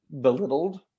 belittled